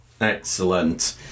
excellent